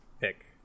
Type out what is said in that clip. pick